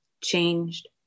changed